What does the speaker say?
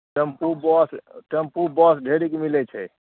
tempo bus tempo bus ढेरिक मिलै छै